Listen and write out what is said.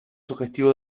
sugestivo